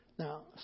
Now